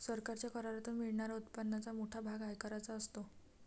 सरकारच्या करातून मिळणाऱ्या उत्पन्नाचा मोठा भाग आयकराचा असतो